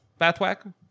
Bathwack